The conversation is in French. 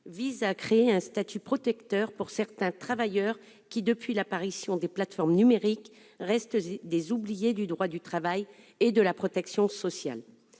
vise à créer un statut protecteur de certains travailleurs, qui, depuis l'apparition des plateformes numériques, restent des oubliés du droit du travail et de la protection sociale.